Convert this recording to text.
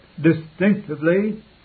distinctively